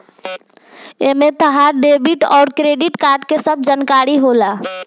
एमे तहार डेबिट अउर क्रेडित कार्ड के सब जानकारी होला